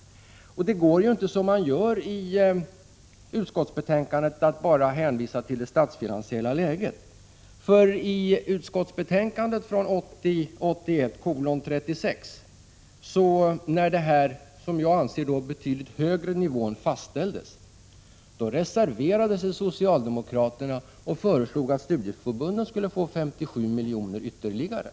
Det går inte, som man gör i utskottsbetänkandet, att bara hänvisa till det statsfinansiella läget. I utskottsbetänkandet 1980 87:127 studieförbunden skulle få 57 miljoner ytterligare.